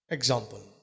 Example